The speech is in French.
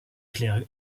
clair